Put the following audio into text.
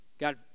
god